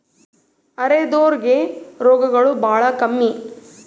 ಅರೆದೋರ್ ಗೆ ರೋಗಗಳು ಬಾಳ ಕಮ್ಮಿ